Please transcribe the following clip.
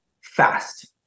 fast